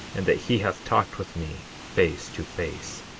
and that he hath talked with me face to face,